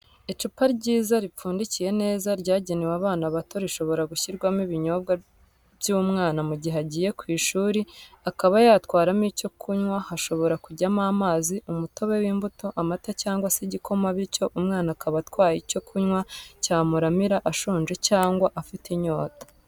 Icupa ryiza ripfundikiye neza ryagenewe abana bato rishobora gushyirwamo ibinyobwa by'umwana mu gihe agiye ku ishuri, akaba yatwaramo icyo kunywa hashobora kujyamo amazi, umutobe w'imbuto, amata cyangwa se igikoma bityo umwana akaba atwaye icyo kunywa cyamuramira ashonje cyangwa afite inyota.